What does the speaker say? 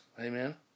amen